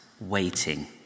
waiting